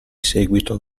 seguito